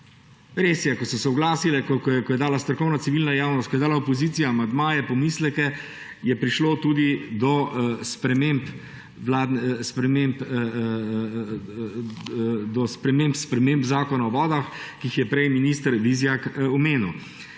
Res je, ko so se oglasili, ko je dala strokovna, civilna javnost, ko je dala opozicija amandmaje, pomisleke, je prišlo tudi do sprememb Zakona o vodah, ki jih je prej minister Vizjak omenil.